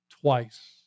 twice